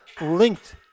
linked